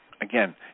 Again